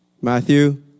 Matthew